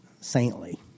saintly